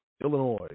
Illinois